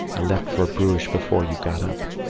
i left for bruges before you got up.